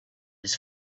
his